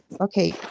Okay